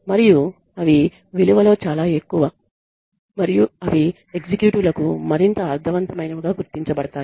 మరియు అవి విలువలో చాలా ఎక్కువ మరియు అవి ఎగ్జిక్యూటివ్లకు మరింత అర్ధవంతమైనవిగా గుర్తించబడతాయి